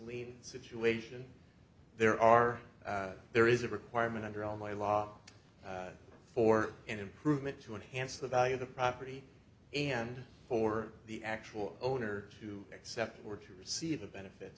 lien situation there are there is a requirement under all my law for an improvement to enhance the value of the property and for the actual owner to accept were to receive a benefit